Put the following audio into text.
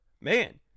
man